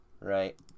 Right